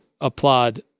applaud